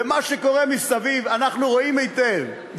ומה שקורה מסביב, אנחנו רואים היטב.